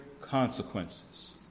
consequences